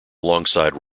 alongside